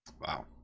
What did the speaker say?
Wow